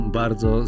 bardzo